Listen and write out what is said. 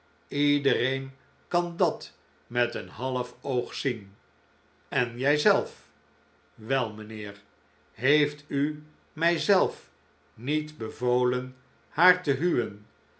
iedereen kan dat met een half oog zien en jijzelf wel mijnheer heeft u mijzelf niet bevolen haar te huwen